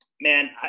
Man